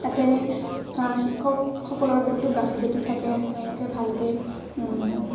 তাতে শিক্ষকসকলৰ বহুতো গাফিলতি থাকে তেওঁলোকে ভালকে